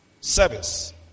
Service